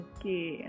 Okay